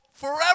forever